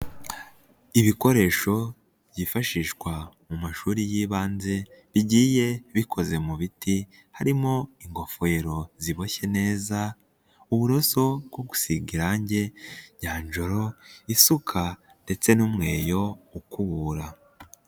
Ibikoresho byifashishwa mu mashuri y'ibanze bigiye bikoze mu biti harimo: ingofero ziboshye neza, uburoso bwo gusiga irangi, nanjoro, isuka ndetse n'umweyo ukubura.